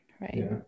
Right